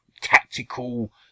tactical